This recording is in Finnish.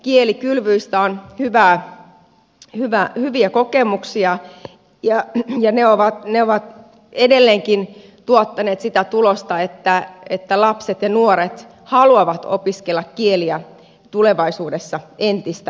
kielikylvyistä on hyviä kokemuksia ja ne ovat edelleenkin tuottaneet sitä tulosta että lapset ja nuoret haluavat opiskella kieliä tulevaisuudessa entistä enemmän